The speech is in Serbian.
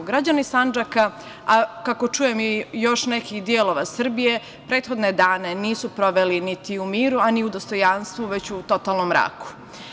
Građani Sandžaka, a kako čujem i još nekih delova Srbije, prethodne dane nisu proveli niti u miru a ni u dostojanstvu, već u totalnom mraku.